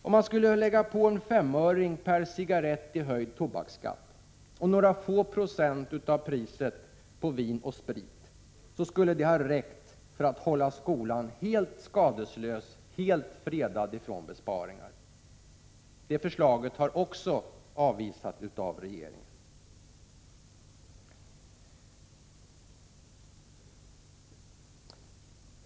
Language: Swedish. Om man skulle lägga på en femöring i höjd tobaksskatt på varje cigarett och lägga på några få procent av priset på vin och sprit, skulle detta ha räckt för att hålla skolan helt skadeslös och fredad från besparingar. Också det förslaget har avvisats av socialdemokraterna.